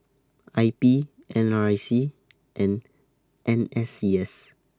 I P N R I C and N S C S